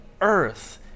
earth